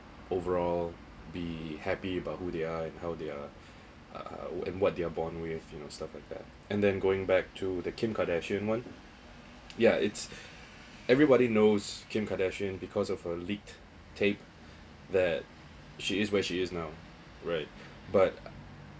overall be happy about who they are and how they are uh and what they are born with you know stuff like that and then going back to the kim kardashian one yeah it's everybody knows kim kardashian because of her leaked tape that she is where she is now right but